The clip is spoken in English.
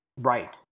Right